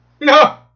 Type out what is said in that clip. No